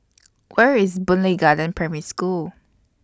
Where IS Boon Lay Garden Primary School